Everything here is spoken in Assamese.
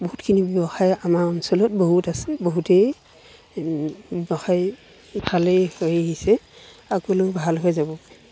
বহুতখিনি ব্যৱসায় আমাৰ অঞ্চলত বহুত আছে বহুতেই ব্যৱসায় ভালেই হৈ আহিছে আগলৈয়ো ভাল হৈ যাব পাৰিব